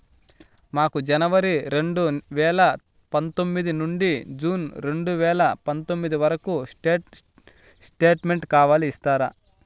మాకు జనవరి రెండు వేల పందొమ్మిది నుండి జూన్ రెండు వేల పందొమ్మిది వరకు స్టేట్ స్టేట్మెంట్ కావాలి ఇస్తారా